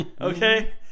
Okay